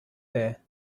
there